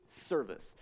service